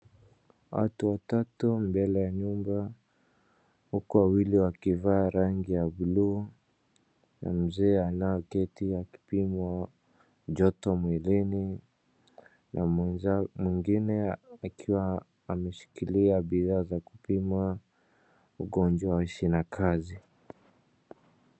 Watu watatu mbele ya nyumba huku wawili wakivaa rangi ya buluu, mzee anayeketi akipimwa joto mwilini, na mwingine akiwa ameshikilia bidhaa za kupima ugonjwa wa shinakazi.